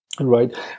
Right